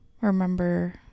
remember